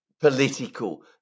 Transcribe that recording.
political